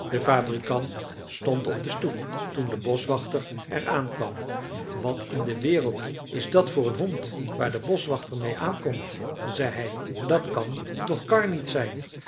de fabrikant stond op de stoep toen de boschwachter er aan kwam wat in de wereld is dat voor een hond waar de boschwachter meê aankomt zei hij dat kan toch karr niet zijn